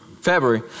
February